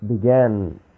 began